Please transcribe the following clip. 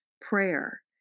prayer